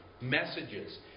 messages